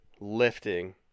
lifting